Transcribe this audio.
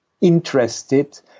interested